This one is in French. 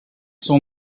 sont